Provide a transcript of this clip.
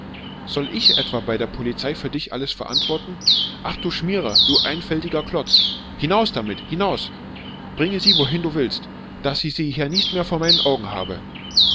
soll ich etwa bei der polizei für dich alles verantworten ach du schmierer du einfältiger klotz hinaus damit hinaus bringe sie wohin du willst daß ich sie hier nicht mehr vor augen habe